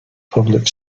public